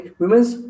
women's